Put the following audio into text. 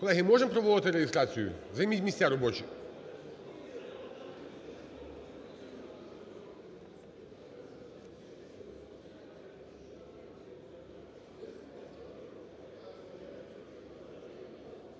Колеги, можемо проводити реєстрацію? Займіть місця робочі.